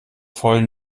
voll